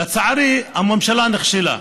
לצערי הממשלה נכשלה.